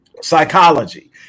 psychology